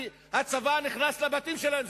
כי הצבא נכנס לבתים שלהם.